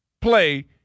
play